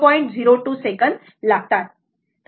02 सेकंद लागतात बरोबर